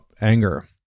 anger